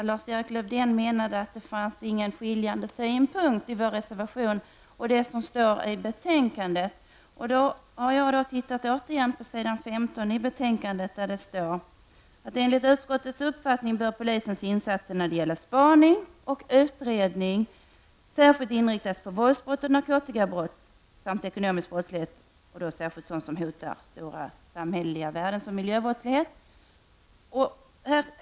Lars-Erik Lövdén sade att synen i vår reservation och i utskottets skrivning inte skiljer sig åt. Men på s. 15 i betänkandet står det ''Även enligt utskottets uppfattning bör polisens insatser när det gäller spaning och utredning särskilt inriktas på våldsbrott och narkotikabrott samt på ekonomisk brottslighet och då särskilt sådan som hotar stora samhälleliga värden såsom miljöbrottslighet.''